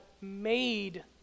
made